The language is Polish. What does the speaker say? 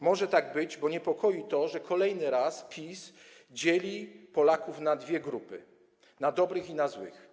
Może tak być, bo niepokoi to, że kolejny raz PiS dzieli Polaków na dwie grupy, na dobrych i na złych.